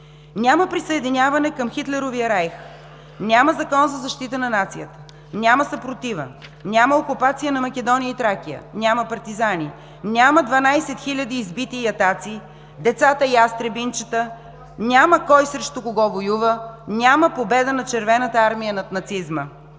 Няма присъединяване към Хитлеровия райх, няма Закон за защита на нацията, няма съпротива, няма окупация на Македония и Тракия, няма партизани, няма 12 хиляди избити ятаци, децата ястребинчета, няма кой срещу кого воюва, няма победа на Червената армия над нацизма.